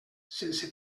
sense